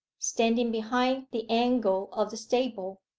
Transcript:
standing behind the angle of the stable,